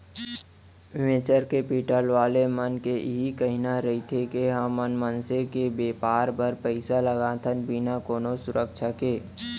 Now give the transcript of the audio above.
venture capital वाला मन के इही कहिना रहिथे के हमन मनसे के बेपार बर पइसा लगाथन बिना कोनो सुरक्छा के